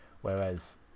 whereas